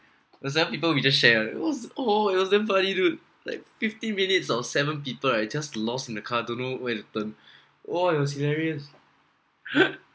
the seven people we just share lah it was all it was damn funny dude like fifteen minutes of seven people right just lost in the car don't know where to turn !wah! it was scariest